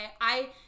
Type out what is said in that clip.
I-